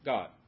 God